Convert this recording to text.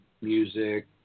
music